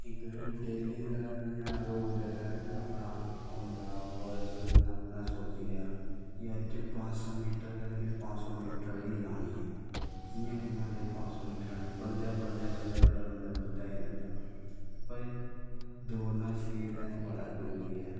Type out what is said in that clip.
इक डेल्ली दा इयां रोज़ दा इयां होंदा बर्क इयां सोची लेआ अज्ज पंज सौ मीटर ऐ ते पंज सौ मीटर ही लानी ऐ जियां कियां पंज सो माटर लानी ऐ बल्लैं बल्लैं बंदा बदाई लैंदा ऐ और दौड़ना शरीर ताईं बड़ा जरूरी ऐ